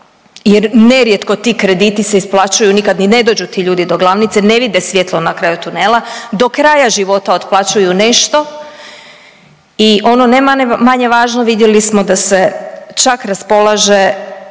jer nerijetko ti krediti se isplaćuju, nikad ni ne dođu ti ljudi do glavnice, ne vide svjetlo na kraju tunela, do kraja života otplaćuju nešto i ono ne manje važno, vidjeli smo da se čak raspolaže